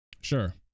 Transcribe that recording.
Sure